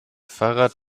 fahrrad